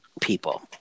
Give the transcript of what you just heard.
People